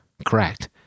correct